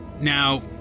Now